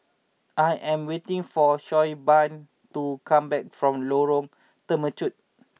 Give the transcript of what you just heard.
I am waiting for Siobhan to come back from Lorong Temechut